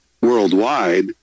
worldwide